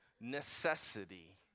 necessity